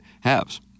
halves